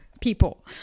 people